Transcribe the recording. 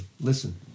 listen